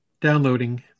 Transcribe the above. Downloading